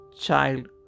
child